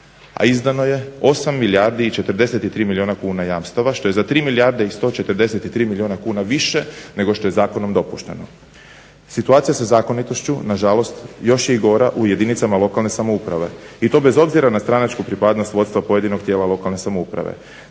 a izdano je 8 milijardi i 43 milijuna jamstava što je za 3 milijarde i 143 milijuna kuna više nego što je zakonom dopušteno. Situacija sa zakonitošću nažalost još je i gora u jedinicama lokalne samouprave i to bez obzira na stranačku pripadnost vodstva pojedinog tijela lokalne samouprave.